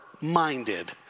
minded